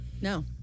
No